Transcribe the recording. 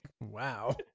Wow